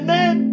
Man